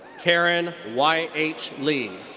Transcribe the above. karen y h lee.